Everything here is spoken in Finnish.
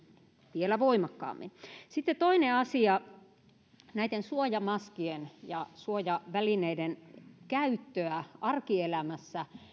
vielä voimakkaammin sitten toinen asia suojamaskien ja suojavälineiden käyttöä arkielämässä